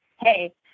Hey